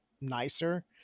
nicer